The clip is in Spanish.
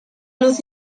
luz